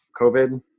COVID